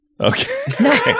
Okay